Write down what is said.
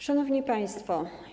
Szanowni Państwo!